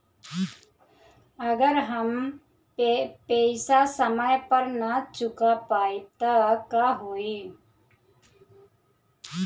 अगर हम पेईसा समय पर ना चुका पाईब त का होई?